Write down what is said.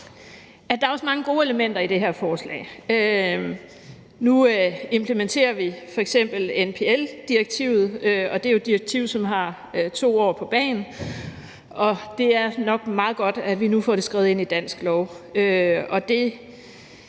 at der også er mange gode elementer i det her forslag. Nu implementerer vi f.eks. NPL-direktivet. Det er jo et direktiv, som har 2 år på bagen, og det er nok meget godt, at vi nu får det skrevet ind i dansk lov.